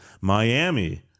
Miami